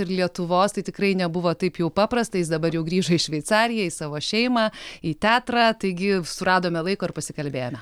ir lietuvos tai tikrai nebuvo taip jau paprasta jis dabar jau grįžo į šveicariją į savo šeimą į teatrą taigi suradome laiko ir pasikalbėjome